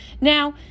Now